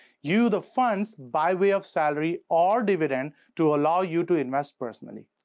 you the funds by way of salary or dividend to allow you to invest personally.